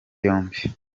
yombi